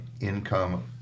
income